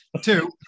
Two